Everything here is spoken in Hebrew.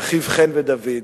ואחיו חן ודוד,